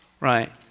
right